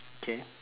okay